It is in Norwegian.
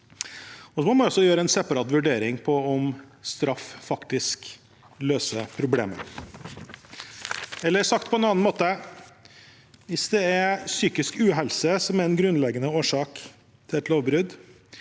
Man må også gjøre en separat vurdering av om straff faktisk løser problemet. Eller sagt på en annen måte: Hvis det er psykisk uhelse som er en grunnleggende årsak til et lovbrudd,